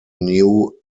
new